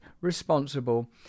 responsible